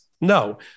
No